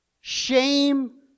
shame